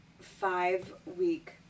five-week